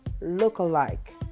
look-alike